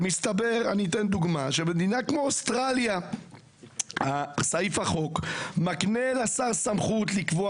מסתבר למשל שבמדינה כמו אוסטרליה סעיף בחוק מקנה לשר סמכות לקבוע